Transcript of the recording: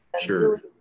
Sure